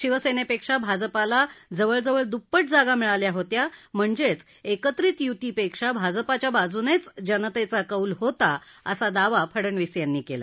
शिवसेनेपेक्षा भाजपाला जवळ जवळ द्प्पट जागा मिळाल्या होत्या म्हणजेच एकत्रित य्तीपेक्षा भाजपाच्या बाजूनेच जनतेचा कौल होता असा दावा फडणवीस यांनी केला